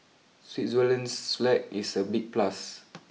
Switzerland's flag is a big plus